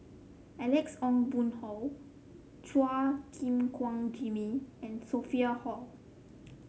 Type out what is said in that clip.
Alex Ong Boon Hau Chua Gim Guan Jimmy and Sophia Hull